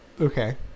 Okay